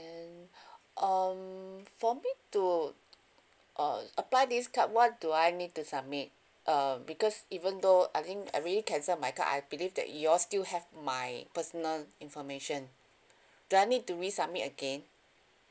um for me to uh apply this card what do I need to submit uh because even though I think I already cancel my card I believe that you all still have my personal information do I need to resubmit again